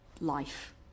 life